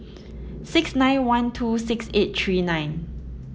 six nine one two six eight three nine